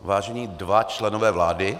Vážení dva členové vlády.